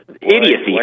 idiocy